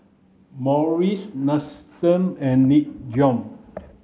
Morries and Nin Jiom